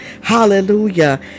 hallelujah